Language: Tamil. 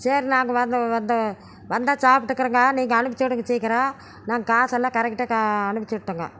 சரி நாங்கள் வந்து வந்து வந்தால் சாப்பிட்டுக்கறேங்க நீங்கள் அனுப்பிச்சி விடுங்க சீக்கிரம் நான் காசெல்லாம் கரெக்ட்டாக கா அனுப்பிச்சி விட்டேங்க